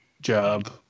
job